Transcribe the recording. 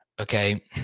Okay